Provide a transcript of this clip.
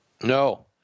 No